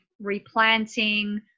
replanting